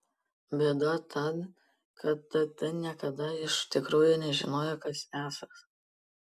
bėda ta kad tt niekada iš tikrųjų nežinojo kas esąs